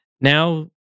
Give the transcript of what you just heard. Now